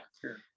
sure